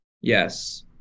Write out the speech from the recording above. yes